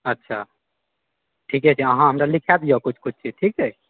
अच्छा ठीके छै अहाँ हमरा लिखए दिअऽ किछु किछु चीज ठीक छै